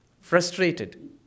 frustrated